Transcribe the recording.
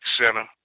Center